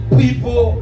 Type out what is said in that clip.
people